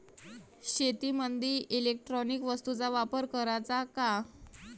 शेतीमंदी इलेक्ट्रॉनिक वस्तूचा वापर कराचा का?